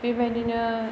बेबायदिनो